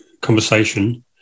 conversation